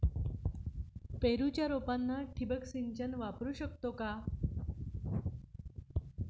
पेरूच्या रोपांना ठिबक सिंचन वापरू शकतो का?